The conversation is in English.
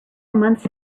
months